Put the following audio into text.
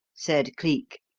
said cleek.